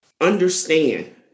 understand